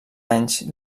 anys